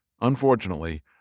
Unfortunately